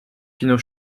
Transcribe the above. pineau